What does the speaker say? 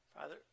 Father